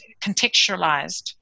contextualized